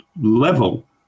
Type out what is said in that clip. level